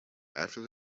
after